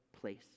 place